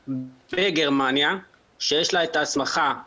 בשבילך, אוסאמה,